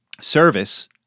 service